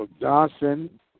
Johnson